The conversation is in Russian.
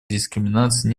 дискриминация